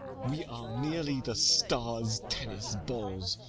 we are merely the stars' tennis-balls,